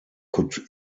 could